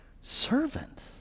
servant